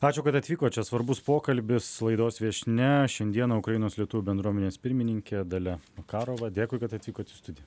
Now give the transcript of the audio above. ačiū kad atvykot čia svarbus pokalbis laidos viešnia šiandieną ukrainos lietuvių bendruomenės pirmininkė dalia makarova dėkui kad atvykot į studiją